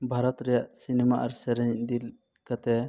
ᱵᱷᱟᱨᱚᱛ ᱨᱮᱭᱟᱜ ᱥᱤᱱᱮᱢᱟ ᱟᱨ ᱥᱮᱨᱮᱧ ᱤᱫᱤ ᱠᱟᱛᱮᱫ